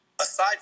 aside